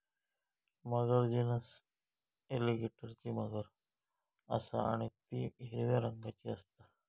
मगर genus एलीगेटरची मगर असा आणि ती हिरव्या रंगाची असता